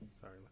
Sorry